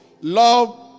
love